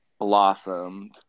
blossomed